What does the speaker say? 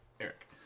Eric